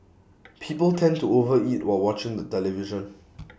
people tend to overeat while watching the television